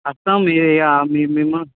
వస్తాము మే మేము